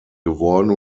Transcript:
geworden